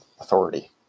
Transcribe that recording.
authority